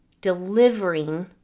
delivering